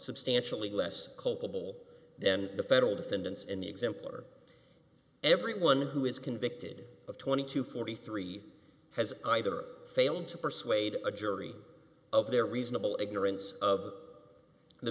substantially less culpable than the federal defendants in the example or everyone who is convicted of twenty to forty three has either failed to persuade a jury of their reasonable ignorance of the